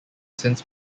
since